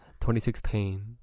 2016